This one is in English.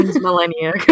millennia